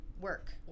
work